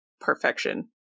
perfection